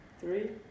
three